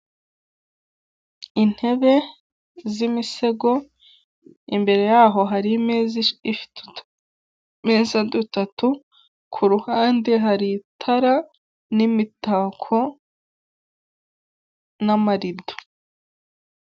Intebe z'imisego imbere yaho hari imeza ifite utumeza dutatu, ku ruhande hari itara, n'imitako n'amarido.